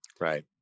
right